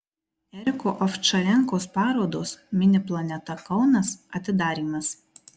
eriko ovčarenkos parodos mini planeta kaunas atidarymas